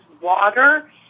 water